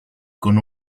con